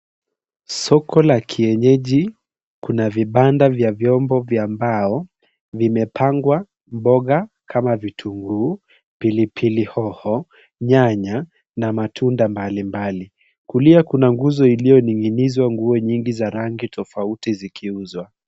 Soko la kienyeji, kuna vibanda vya vyombo vya mbao, vimepangwa mboga kama vitunguu, pilipili hoho, nyanya, na matunda mbalimbali. Kulia kuna nguzo iliyoning'inizwa nguo nyingi za rangi tofauti zikiuzwa.